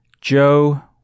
Joe